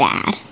Dad